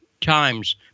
times